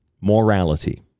morality